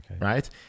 Right